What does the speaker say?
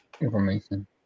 information